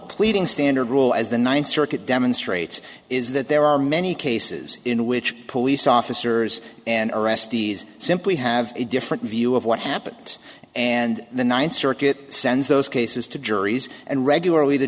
pleading standard rule as the ninth circuit demonstrates is that there are many cases in which police officers and arrestees simply have a different view of what happened and the ninth circuit sends those cases to juries and regularly the